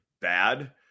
bad